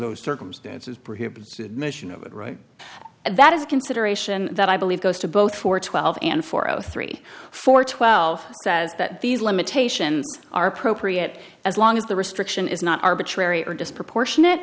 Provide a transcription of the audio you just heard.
those circumstances prohibits the admission of it right that is a consideration that i believe goes to both four twelve and four zero three four twelve says that these limitations are appropriate as long as the restriction is not arbitrary or disproportionate